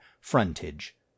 Frontage